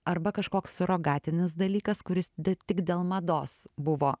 arba kažkoks surogatinis dalykas kuris tik dėl mados buvo